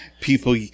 People